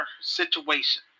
situation